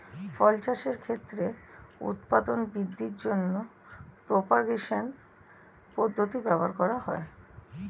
ফল চাষের ক্ষেত্রে উৎপাদন বৃদ্ধির জন্য প্রপাগেশন পদ্ধতি ব্যবহার করা হয়